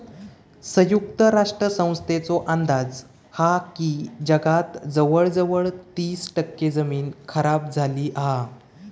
संयुक्त राष्ट्र संस्थेचो अंदाज हा की जगात जवळजवळ तीस टक्के जमीन खराब झाली हा